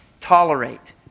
Tolerate